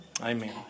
amen